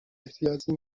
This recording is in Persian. احتیاجی